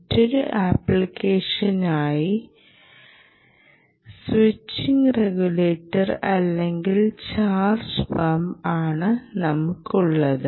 മറ്റൊരു അപ്ലിക്കേഷനായി ച്ചിംഗ് റെഗുലേറ്റർ അല്ലെങ്കിൽ ചാർജ് പമ്പ് ആണ് നമുക്കുള്ളത്